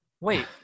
wait